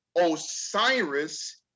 Osiris